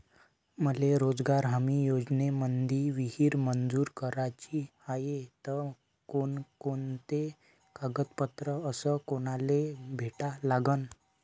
मले रोजगार हमी योजनेमंदी विहीर मंजूर कराची हाये त कोनकोनते कागदपत्र अस कोनाले भेटा लागन?